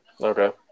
okay